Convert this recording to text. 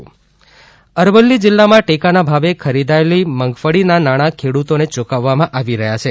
મગફળી ખરીદી અરવલ્લી જિલ્લામાં ટેકાના ભાવે ખરીદાયેલી મગફળીના નાણાં ખેડૂતોને યુકવવામાં આવી રહ્યા છે